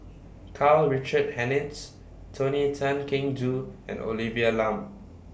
Karl Richard Hanitsch Tony Tan Keng Joo and Olivia Lum